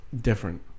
different